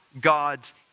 God's